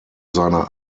seiner